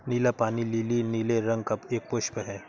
नीला पानी लीली नीले रंग का एक पुष्प है